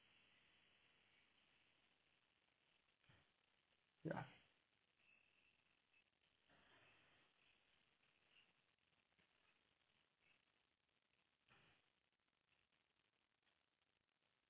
ya